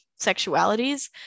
sexualities